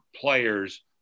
players